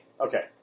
Okay